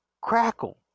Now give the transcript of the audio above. Crackle